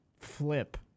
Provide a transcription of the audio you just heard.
flip